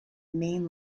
main